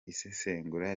isesengura